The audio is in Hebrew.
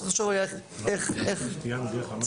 צריך לחשוב איך טכנית עושים את זה.